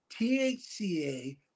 THCA